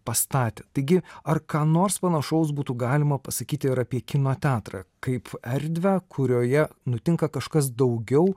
pastatė taigi ar ką nors panašaus būtų galima pasakyti ir apie kino teatrą kaip erdvę kurioje nutinka kažkas daugiau